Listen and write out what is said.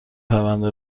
پرنده